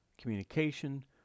communication